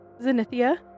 Zenithia